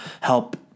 help